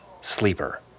sleeper